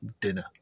dinner